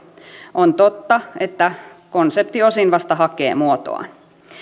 on totta että konsepti osin vasta hakee muotoaan